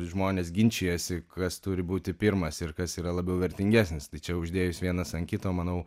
žmonės ginčijasi kas turi būti pirmas ir kas yra labiau vertingesnis tai čia uždėjus vienas ant kito manau